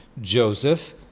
Joseph